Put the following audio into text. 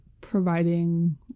providing